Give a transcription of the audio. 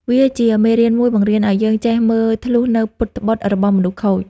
វាជាមេរៀនមួយបង្រៀនឱ្យយើងចេះមើលធ្លុះនូវពុតត្បុតរបស់មនុស្សខូច។